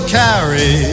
carry